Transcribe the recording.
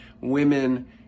women